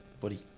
buddy